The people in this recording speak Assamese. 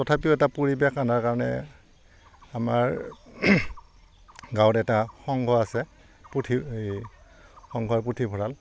তথাপিও এটা পৰিৱেশ আনাৰ কাৰণে আমাৰ গাঁৱত এটা সংঘ আছে পুথি এই সংঘৰ পুথিভঁৰাল